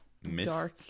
dark